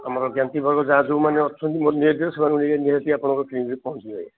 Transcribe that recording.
ଆମର ଜ୍ଞାତି ବର୍ଗ ଯାହା ଯେଉଁମାନେ ଅଛନ୍ତି ସେମାନଙ୍କୁ ନେଇକି ନିହାତି ଆପଣଙ୍କର କ୍ଲିନିକରେ ପହଞ୍ଚିବେ ଆଜ୍ଞା